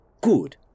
good